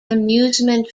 amusement